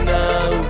now